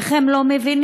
איך הם לא מבינים?